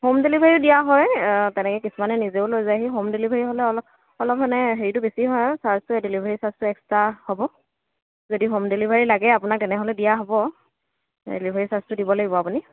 home ডেলিভাৰীও দিয়া হয় তেনেকৈ কিছুমানে নিজেও লৈ যায়হি হোম ডেলিভাৰী হ'লে অলপ অলপ মানে হেৰিটো বেছি হয় চাৰ্জটোৱে ডেলিভাৰী চাৰ্জটো এক্সট্ৰা হ'ব যদি হোম ডেলিভাৰী লাগে আপোনাক তেনেহ'লে দিয়া হ'ব ডেলিভাৰী চাৰ্জটো দিব লাগিব আৰু আপুনি